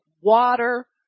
water